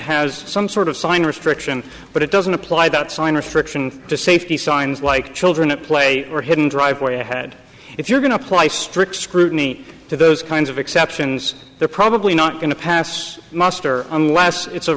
has some sort of sign restriction but it doesn't apply that sign restriction to safety signs like children at play or hidden driveway ahead if you're going to apply strict scrutiny to those kinds of exceptions they're probably not going to pass muster unless it's a